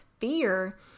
fear